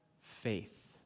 faith